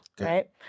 right